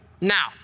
Now